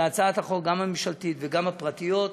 שהצעות החוק, גם הממשלתית וגם הפרטיות,